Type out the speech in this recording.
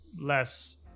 less